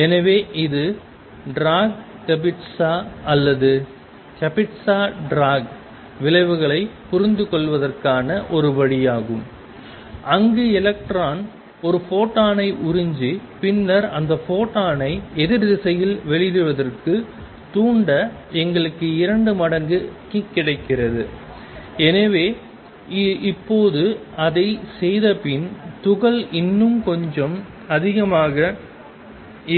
எனவே இது Dirac Kapitza அல்லது கபிட்சா டிராக் விளைவைப் புரிந்துகொள்வதற்கான ஒரு வழியாகும் அங்கு எலக்ட்ரான் ஒரு ஃபோட்டானை உறிஞ்சி பின்னர் அந்த ஃபோட்டானை எதிர் திசைகளில் வெளியிடுவதற்கு தூண்ட எங்களுக்கு இரண்டு மடங்கு கிக் கிடைக்கிறது எனவே இப்போது அதைச் செய்தபின் துகள் இன்னும் கொஞ்சம் அதிகமாக